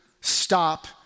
stop